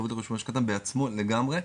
התחייבות על משכנתא בעצמו לגמרי,